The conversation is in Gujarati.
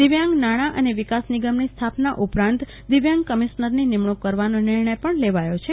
દિ વ્યાંગ નાણા અને વિકાસ નિગમની સ્થાપના ઉપરાંત દિવ્યાંગ કમિશ્નરની નિમણુંક કરવાનો નિર્ણય પણ લેવાયો છે